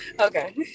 okay